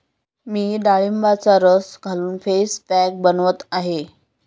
मी डाळिंबाचा रस घालून फेस पॅक बनवत आहे